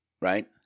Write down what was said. Right